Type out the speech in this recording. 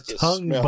tongue